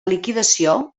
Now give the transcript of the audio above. liquidació